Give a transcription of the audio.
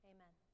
Amen